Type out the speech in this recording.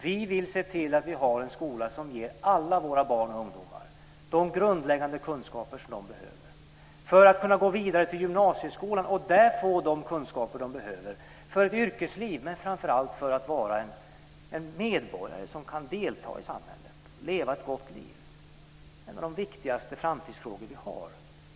Vi vill se till att vi har en skola som ger alla våra barn och ungdomar de grundläggande kunskaper de behöver för att kunna gå vidare till gymnasieskolan och där få de kunskaper de behöver för yrkeslivet, men framför allt för att vara medborgare som kan delta i samhället och leva ett gott liv. Den svenska skolan är en av de viktigaste framtidsfrågorna vi har.